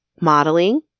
modeling